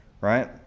Right